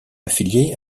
affiliés